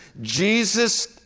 Jesus